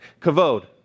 kavod